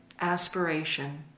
aspiration